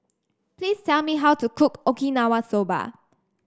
please tell me how to cook Okinawa Soba